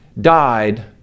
died